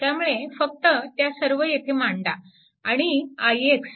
त्यामुळे फक्त त्या सर्व येथे मांडा आणि ix